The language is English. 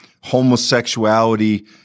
homosexuality